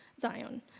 Zion